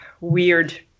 weird